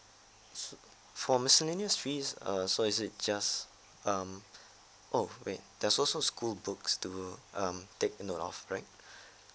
su~ for miscellaneous fees err so is it just um oh wait there's also school books to um take note of right